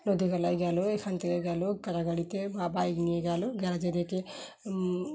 নদীবেলায় গেল এখান থেকে গেল কারাড়াগাড়িতে বা বাইক নিয়ে গেল গ্যারাজদেরকে